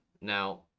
Now